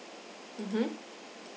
mmhmm